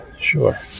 sure